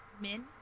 Min